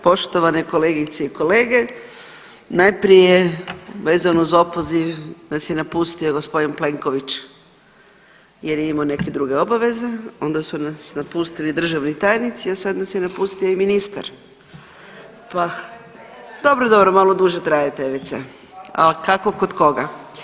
Poštovane kolegice i kolege, najprije vezano uz opoziv nas je napustio gospodin Plenković jer je imamo neke druge obaveze, onda su nas napustili državni tajnici, a sad nas je napustio i ministar, pa dobro, dobro malo duže traje taj wc, al kako kod koga.